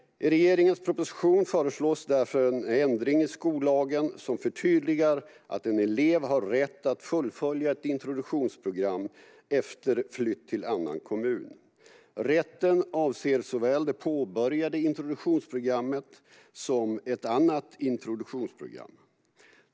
I regeringens proposition föreslås därför nu en ändring i skollagen som förtydligar att en elev har rätt att fullfölja ett introduktionsprogram efter flytt till en annan kommun. Rätten avser såväl det påbörjade introduktionsprogrammet som ett annat introduktionsprogram.